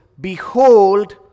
Behold